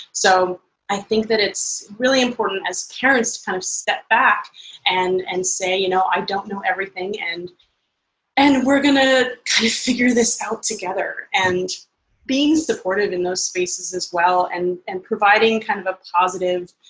so i think that it's really important as parents to kind of step back and and say, you know i don't know everything, and and we're going to kind of figure this out together. being supportive in those spaces as well, and and providing kind of a positive,